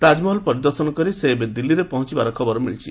ତାଜମହଲ ପରିଦର୍ଶନ କରି ସେ ଏବେ ଦିଲ୍ଲୀରେ ପହଞ୍ଚଥିବାର ଖବର ମିଳିଛି